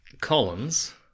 Collins